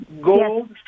gold